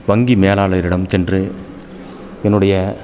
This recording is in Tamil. வங்கி மேலாளரிடம் சென்று என்னுடைய